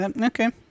Okay